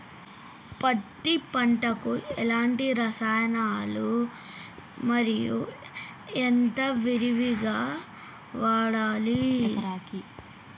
పత్తి పంటకు ఎలాంటి రసాయనాలు మరి ఎంత విరివిగా వాడాలి ఎకరాకి?